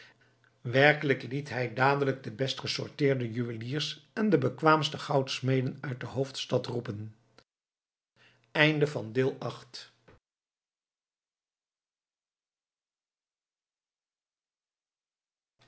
werkelijk liet hij dadelijk de best gesorteerde juweliers en de bekwaamste goudsmeden uit de hoofdstad roepen